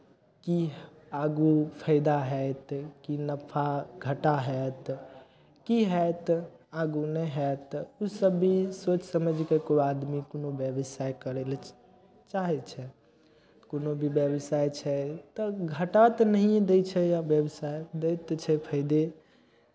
की आगू फाइदा हैत की नफा घाटा हैत की हैत आगू नहि हैत ओसभ भी सोचि समझि कऽ कोइ आदमी कोनो व्यवसाय करय लेल च चाहै छै कोनो भी व्यवसाय छै तऽ घाटा तऽ नहिए दै छै व्यवसाय दै तऽ छै फाइदे